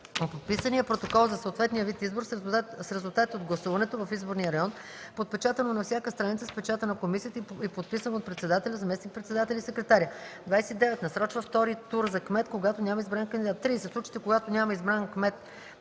подписания протокол за съответния вид избор с резултатите от гласуването в изборния район, подпечатано на всяка страница с печата на комисията и подписано от председателя, заместник-председателя и секретаря; 29. насрочва втори тур за кмет, когато няма избран кандидат; 30. в случаите, когато няма избран кмет